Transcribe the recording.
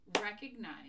recognize